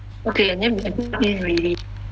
okay and then you can plug in already